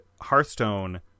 Hearthstone